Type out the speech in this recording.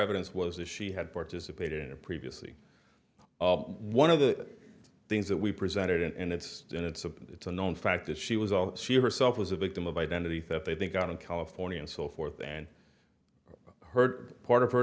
evidence was that she had participated in a previously one of the things that we presented and it's been it's a it's a known fact that she was all she herself was a victim of identity theft i think out in california and so forth and i heard part of